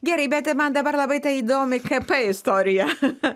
gerai bet man dabar labai ta įdomi kp istorija